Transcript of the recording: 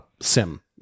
sim